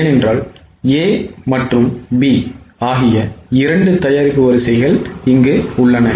ஏனென்றால் A மற்றும் B ஆகிய இரண்டு தயாரிப்பு வரிசைகள் உள்ளது